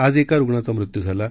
आज एका रुग्णाचा मृत्यू झाला